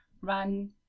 run